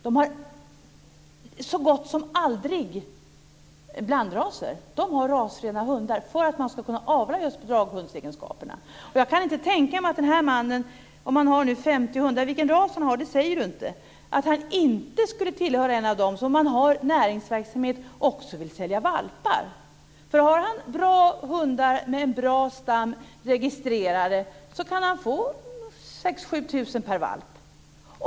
De har så gott som aldrig blandraser, utan de har rasrena hundar för att kunna avla just på draghundsegenskaperna. Jag kan inte tänka mig att denne man om han har 50 hundar - Anders Sjölund säger inte vilken ras det är - och har näringsverksamhet inte skulle vilja sälja valpar. Om han har bra hundar, med en bra stam, registrerade kan han få 6 000-7 000 kr per valp.